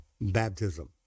baptism